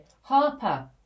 Harper